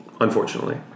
unfortunately